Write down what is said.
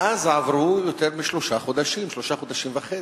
מאז עברו שלושה חודשים וחצי.